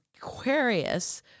Aquarius